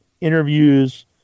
interviews